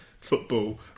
football